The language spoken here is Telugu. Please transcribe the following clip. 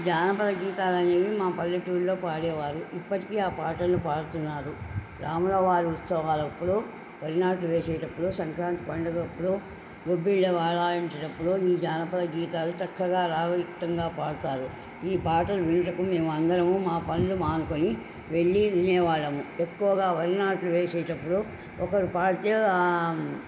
జానపద గీతాలు అనేవి మా పల్లెటూర్లో పాడేవారు ఇప్పటికి ఆ పాటలు పాడుతున్నారు రాములవారి ఉత్సవాలప్పుడు వరినాట్లు వేసేటప్పుడు సంక్రాంతి పండుగ అప్పుడు గొబ్బిల వాళాయించేటప్పుడు ఈ జానపద గీతాలు చక్కగా రాగయుక్తంగా పాడతారు ఈ పాటలు వినటకు మేము అందరము మా పనులు మానుకొని వెళ్ళి వినేేవాళ్ళము ఎక్కువగా వరినాట్లు వేసేటప్పుడు ఒకరు పాడితే